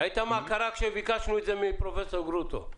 ראית מה קרה כשביקשנו את זה מפרופ' גרוטו.